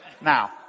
Now